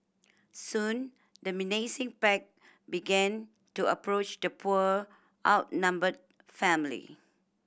soon the menacing pack began to approach the poor outnumbered family